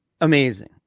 amazing